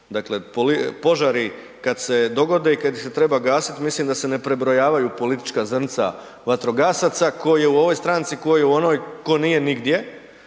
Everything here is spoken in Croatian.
dakle požari kad se dogode i kad se treba gasit, mislim da se ne prebrojavaju politička zrnca vatrogasaca ko je u ovoj stranci, ko je u onoj, ko nije nigdje.